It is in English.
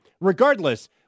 regardless